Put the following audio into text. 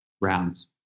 rounds